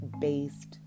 based